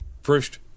first